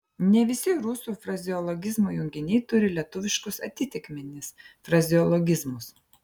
ne visi rusų frazeologizmo junginiai turi lietuviškus atitikmenis frazeologizmus